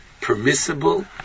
permissible